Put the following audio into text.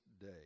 day